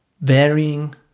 varying